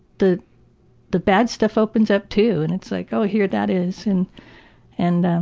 the the bad stuff opens up too. and it's like, oh, here. that is, and and and